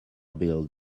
built